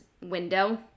window